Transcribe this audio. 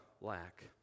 lack